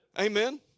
Amen